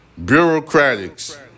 Bureaucratics